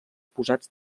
posats